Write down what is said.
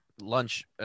lunch